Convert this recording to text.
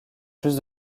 plus